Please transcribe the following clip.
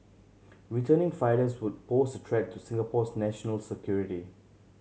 returning fighters would pose a threat to Singapore's national security